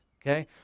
Okay